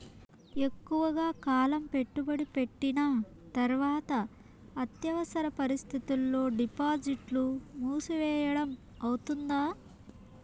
ఎక్కువగా కాలం పెట్టుబడి పెట్టిన తర్వాత అత్యవసర పరిస్థితుల్లో డిపాజిట్లు మూసివేయడం అవుతుందా?